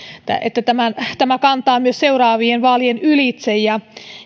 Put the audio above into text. että tämä kantaa myös seuraavien vaalien ylitse ja